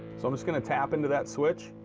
so i'm just gonna tap into that switch,